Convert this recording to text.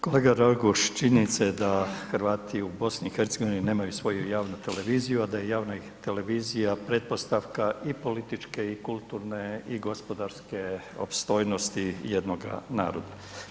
Kolega Raguž, činjenica je da Hrvati u BiH nemaju svoju javnu televiziju, a da je javna televizija pretpostavka i političke i kulturne i gospodarske opstojnosti jednoga naroda.